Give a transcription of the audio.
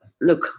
Look